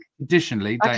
Additionally